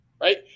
right